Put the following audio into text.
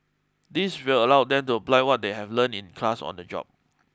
this will allow them to apply what they have learnt in class on the job